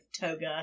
Toga